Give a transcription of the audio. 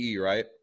right